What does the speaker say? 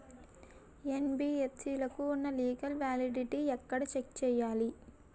NBFC లకు ఉన్నా legal validity ఎక్కడ చెక్ చేయాలి?